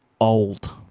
old